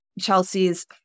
Chelsea's